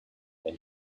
then